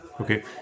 Okay